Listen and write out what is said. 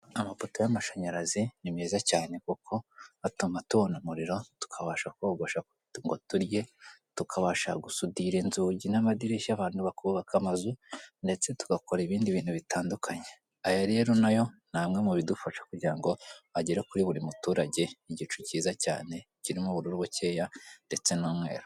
Amapoto y'amashanyarazi ni meza cyane kuko atuma umuriro tukabasha kogosha ngo turye, tukabasha gusudira inzugi n'amadirishya abantu bakubaka amazu ndetse tugakora ibindi bintu bitandukanye, aya rero nayo namwe mu bidufasha kugira ngo agere kuri buri muturage igicu cyiza kirimo ubururu bucyeya ndetse n'umweru.